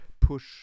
push